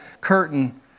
curtain